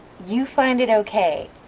you find it ok